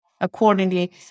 accordingly